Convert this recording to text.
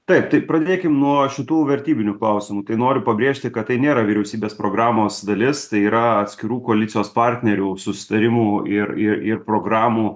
taip tai pradėkim nuo šitų vertybinių klausimų tai noriu pabrėžti kad tai nėra vyriausybės programos dalis tai yra atskirų koalicijos partnerių susitarimų ir ir ir programų